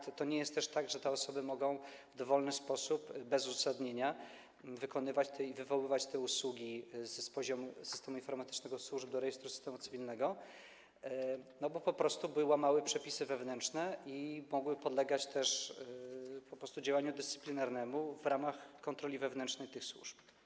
To nie jest też tak, że te osoby mogą w dowolny sposób bez uzasadnienia wywoływać te usługi z poziomu systemu informatycznego służb do rejestru stanu cywilnego, bo po prostu łamałyby przepisy wewnętrzne i mogłyby podlegać też działaniu dyscyplinarnemu w ramach kontroli wewnętrznej tych służb.